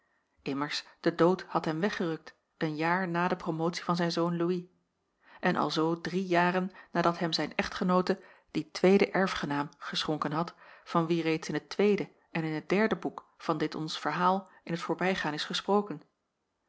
immers de dood had hem weggerukt een jaar na de promotie van zijn zoon louis en alzoo drie jaren nadat hem zijn echtgenoote dien tweeden erfgenaam geschonken had van wien reeds in het tweede en in het derde boek van dit ons verhaal in t voorbijgaan is gesproken